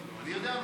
אני יודע,